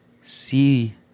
see